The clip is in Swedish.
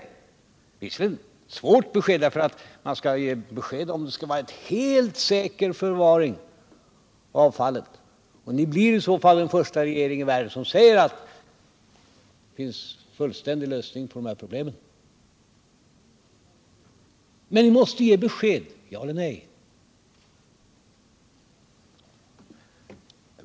Det är visserligen ett svårt besked att lämna, eftersom man skall ge besked om det är helt säker förvaring av avfallet. Ni blir i så fall den första regering i världen som säger att det finns en fullständig lösning på dessa problem. Men ni måste ge besked — ja eller nej.